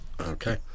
Okay